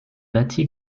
bâtie